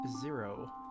zero